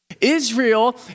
Israel